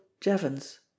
Jevons